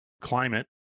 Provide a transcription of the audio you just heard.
climate